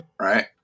Right